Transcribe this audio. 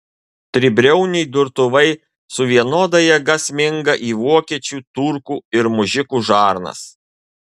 tribriauniai durtuvai su vienoda jėga sminga į vokiečių turkų ir mužikų žarnas